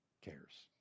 cares